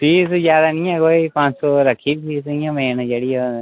fees जैदा निं है कोई पंज सौ रक्खी दी फीस इ'यां मेन जेह्ड़ी ओह्